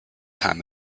time